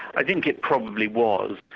i think it probably was.